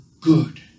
good